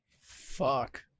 Fuck